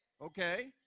okay